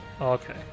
Okay